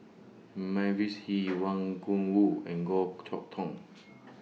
Mavis Hee Wang Gungwu and Goh Chok Tong